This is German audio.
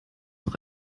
doch